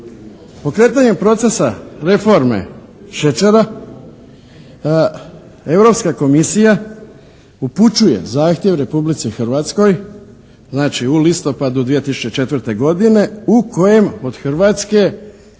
Pokretanje procesa reforme šećera Europska komisija upućuje zahtjev Republici Hrvatskoj znači u listopadu 2004. godine u kojem od Hrvatske